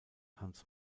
hans